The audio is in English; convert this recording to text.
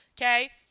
Okay